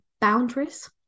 boundaries